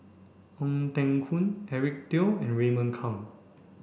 Ong Teng Koon Eric Teo and Raymond Kang